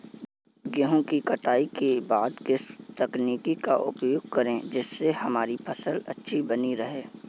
गेहूँ की कटाई के बाद किस तकनीक का उपयोग करें जिससे हमारी फसल अच्छी बनी रहे?